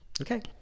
Okay